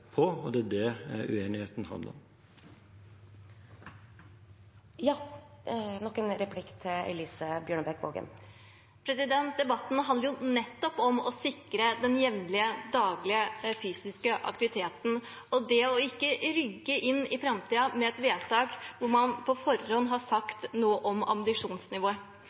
dette, og det er det uenigheten handler om. Debatten handler nettopp om å sikre den jevnlige, daglige fysiske aktiviteten, og det ikke å rygge inn i framtiden med et vedtak hvor man på forhånd har sagt noe om ambisjonsnivået.